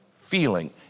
feeling